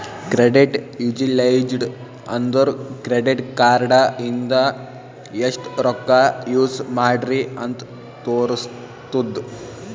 credit utilised ಅಂದುರ್ credit card ಇಂದ ಎಸ್ಟ್ ರೊಕ್ಕಾ ಯೂಸ್ ಮಾಡ್ರಿ ಅಂತ್ ತೋರುಸ್ತುದ್